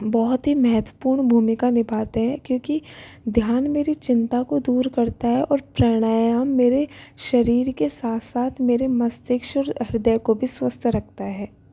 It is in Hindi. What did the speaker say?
बहुत ही महत्वपूर्ण भूमिका निभाते हैं क्योंकि ध्यान मेरी चिंता को दूर करता है और प्राणायाम मेरे शरीर के साथ साथ मेरे मस्तिष्क और हृदय को भी स्वस्थ रखता है